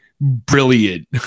brilliant